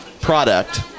product